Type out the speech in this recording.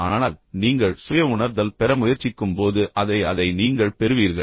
ஆனால் நீங்கள் சுய உணர்தல் பெற முயற்சிக்கும்போது அதை அதை நீங்கள் பெறுவீர்கள்